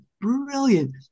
brilliant